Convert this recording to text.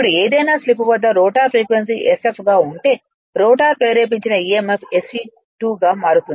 ఇప్పుడు ఏదైనా స్లిప్ వద్ద రోటర్ ఫ్రీక్వెన్సీ sf గా ఉంటే రోటర్ ప్రేరేపించిన emf SE2 కు మారుతుంది